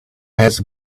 has